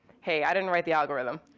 hey, i didn't write the algorithm.